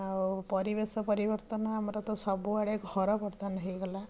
ଆଉ ପରିବେଶ ପରିବର୍ତ୍ତନ ଆମର ତ ସବୁଆଡ଼େ ଘର ବର୍ତ୍ତମାନ ହେଇଗଲା